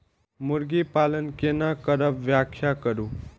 मुर्गी पालन केना करब व्याख्या करु?